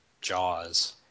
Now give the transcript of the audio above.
Jaws